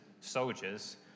soldiers